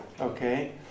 Okay